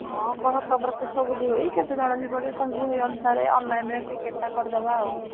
ହଁ କହ ତମର୍ ସବୁ ଯିବ ଏଇ କେତେ ଜଣ ଯିବ ଯେ କହିବୁ ସେଇ ଅନୁସାରେ ଅନଲାଇନରେ ଟିକେଟଟା କରିଦେବା ଆଉ